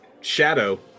Shadow